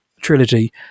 trilogy